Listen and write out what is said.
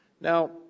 Now